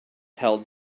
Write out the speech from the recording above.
held